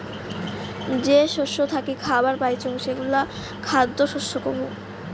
যে শস্য থাকি খাবার পাইচুঙ সেগুলা খ্যাদ্য শস্য কহু